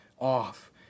Off